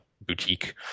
boutique